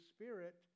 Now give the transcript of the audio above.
Spirit